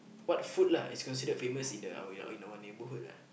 what food lah is considered famous in the in our neighbourhood lah